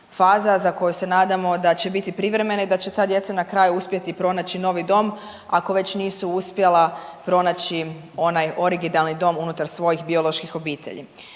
faza za koju se nadamo da će biti privremena i da će ta djeca na kraju uspjeti pronaći novi dom ako već nisu uspjela pronaći onaj originalni dom unutar svojih bioloških obitelji.